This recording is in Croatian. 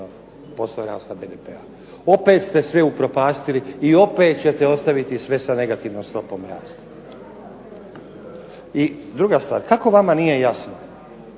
posto rasta BDP-a. Opet ste sve upropastili, i opet ćete ostaviti sve sa negativnom stopom rasta. I druga stvar, kako vama nije jasno